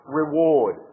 reward